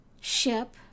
ship